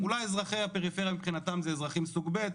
אולי אזרחי הפריפריה מבחינתם זה אזרחים סוג ב',